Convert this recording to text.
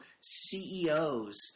CEOs